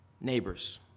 neighbors